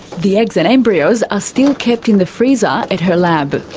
the eggs and embryos are still kept in the freezer at her lab.